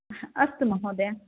अस्तु महोदय